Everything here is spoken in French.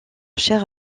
cher